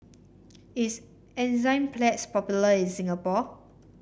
is Enzyplex popular in Singapore